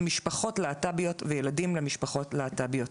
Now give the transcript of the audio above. משפחות להט"ביות וילדים למשפחות להט"ביות.